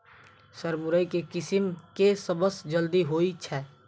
Sir मुरई केँ किसिम केँ सबसँ जल्दी होइ छै?